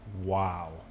wow